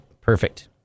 perfect